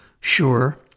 Sure